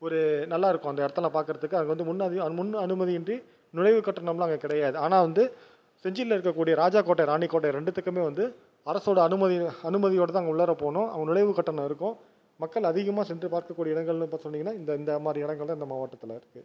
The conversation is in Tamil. ஒரு நல்லாயிருக்கும் அந்த இடத்தெல்லாம் பார்க்குறதுக்கு அது வந்து முன்னாடியும் அது முன்அனுமதி இன்றி நுழைவு கட்டணமெலாம் அங்கே கிடையாது ஆனால் வந்து செஞ்சியில் இருக்கக்கூடிய ராஜா கோட்டை ராணி கோட்டை ரெண்டுத்துக்குமே வந்து அரசோடய அனுமதி அனுமதியோடுதான் அங்கே உள்ளாற போகணும் அவங்க நுழைவு கட்டணம் இருக்கும் மக்கள் அதிகமாக சென்று பார்க்கக்கூடிய இடங்கள்ன்னு இப்போ சொன்னிங்கன்னால் இந்த இந்தமாதிரி இடங்கள்தான் இந்த மாவட்டத்தில் இருக்குது